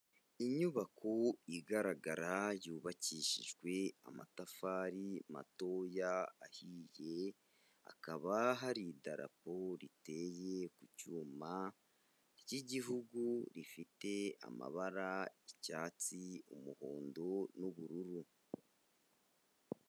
Inyubako igaragara yubakishijwe amatafari matoya ahiye, hakaba hari idarapo riteye ku cyuma ry'igihugu, rifite amabara y'icyatsi, umuhondo n'ubururu.